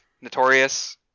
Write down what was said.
notorious